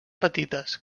petites